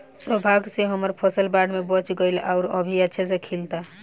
सौभाग्य से हमर फसल बाढ़ में बच गइल आउर अभी अच्छा से खिलता